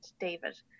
David